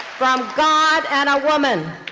from god and a woman!